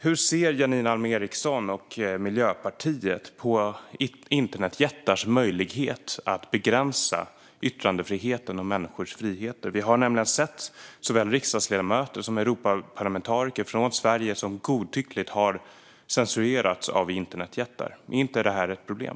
Hur ser Janine Alm Ericson och Miljöpartiet på internetjättars möjlighet att begränsa yttrandefriheten och människors frihet? Vi har sett såväl svenska riksdagsledamöter som Europaparlamentariker som godtyckligt har censurerats av internetjättar. Är inte det ett problem?